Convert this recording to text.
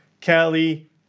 Kelly